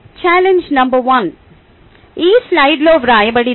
challenge number one ఈ స్లయిడ్లో వ్రాయబడింది